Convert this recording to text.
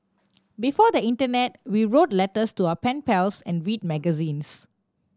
before the internet we wrote letters to our pen pals and read magazines